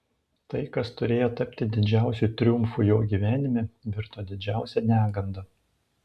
tai kas turėjo tapti didžiausiu triumfu jo gyvenime virto didžiausia neganda